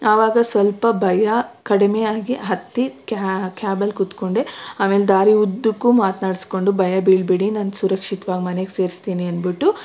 ಆವಾಗ ಸ್ವಲ್ಪ ಭಯ ಕಡಿಮೆಯಾಗಿ ಹತ್ತಿ ಕ್ಯಾಬಲ್ಲಿ ಕುತ್ಕೊಂಡೆ ಆಮೇಲೆ ದಾರಿಯುದ್ದಕ್ಕೂ ಮಾತ್ನಾಡ್ಸ್ಕೊಂಡು ಭಯ ಬೀಳಬೇಡಿ ನಾನು ಸುರಕ್ಷಿತವಾಗಿ ಮನೆಗೆ ಸೇರಿಸ್ತೀನಿ ಅಂದ್ಬಿಟ್ಟು